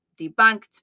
debunked